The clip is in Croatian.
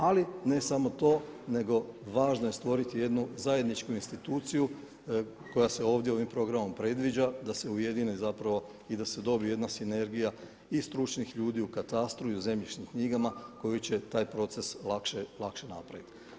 Ali ne samo to, nego važno je stvoriti jednu zajedničku instituciju koja se ovdje ovim programom predviđa da se ujedine zapravo i da se dobije jedna sinergija i stručnih ljudi u katastru i u zemljišnim knjigama koji će taj proces lakše napraviti.